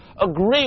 agree